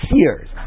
years